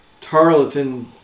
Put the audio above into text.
Tarleton